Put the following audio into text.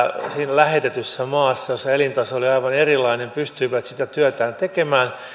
lähetetyssä maassa jossa elintaso oli aivan erilainen pystyivät sitä työtään tekemään